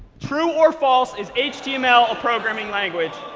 true or false, is html a programming language?